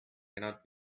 cannot